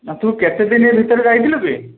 ହଁ ତୁ କେତେଦିନ ଭିତରେ ଯାଇଥିଲୁ କି